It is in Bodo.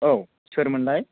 औ सोरमोनलाय